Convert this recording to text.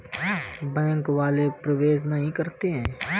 Bank वाले प्रवेश नहीं करते हैं?